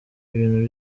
ibintu